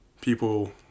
people